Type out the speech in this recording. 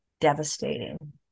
devastating